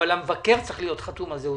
אבל המבקר צריך להיות חתום על זה.